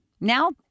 Now